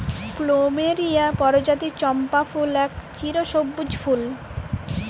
plumeria পরজাতির চম্পা ফুল এক চিরসব্যুজ ফুল